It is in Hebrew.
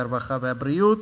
הרווחה והבריאות.